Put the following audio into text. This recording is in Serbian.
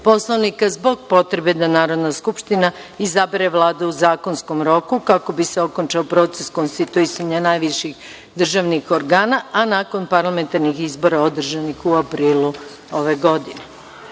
Poslovnika, zbog potrebe da Narodna skupština izabere Vladu u zakonskom roku, kako bi se okončao proces konstituisanja najviših državnih organa, a nakon parlamentarnih izbora održanih u aprilu ove